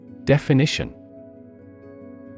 Definition